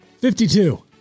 52